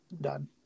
done